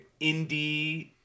indie